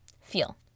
feel